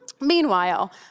Meanwhile